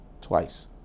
twice